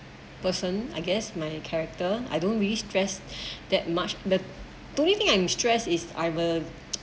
person I guess my character I don't really stressed that much the the only think I'm stress is I will